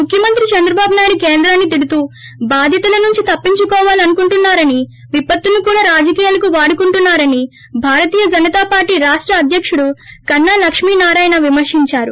ముఖ్యమంత్రి చంద్రబాబు నాయుడు కేంద్రాన్ని తిడుతూ బాధ్యతల నుంచి తప్పించుకోవాలనుకుంటున్నా రని విపత్తును కూడా రాజకీయాలకు వాడుకుంటున్సా రని భారతీయ జనతా పార్టీ రాష్ట అద్యకుడు కన్నా లక్ష్మి నారాయణ విమర్పించారు